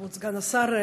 כבוד סגן השר,